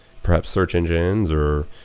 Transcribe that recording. perhaps search engines or